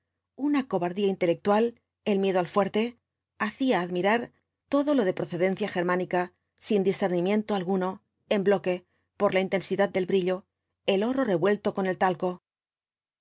una cobardía intelectual el miedo al fuerte hacía admirar todo lo de procedencia germánica sin discernimiento alguno en bloque por la intensidad del brillo el oro revuelto con el talco